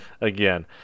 again